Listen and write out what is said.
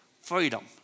freedom